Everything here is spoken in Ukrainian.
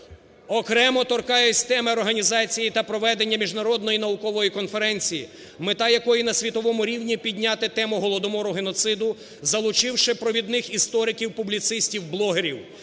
Окремо торкаюся теми організації та проведення міжнародної наукової конференції, мета якої на світовому рівні – підняти тему Голодомору, геноциду, залучивши провідних істориків, публіцистів, блогерів.